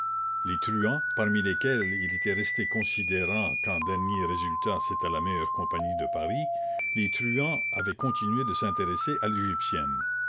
les truands parmi lesquels il était resté considérant qu'en dernier résultat c'était la meilleure compagnie de paris les truands avaient continué de s'intéresser à